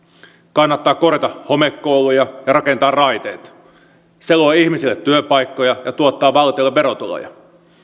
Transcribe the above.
kannattaa korjata homekouluja ja rakentaa raiteita se luo ihmisille työpaikkoja ja tuottaa valtiolle verotuloja